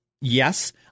Yes